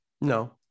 no